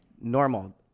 Normal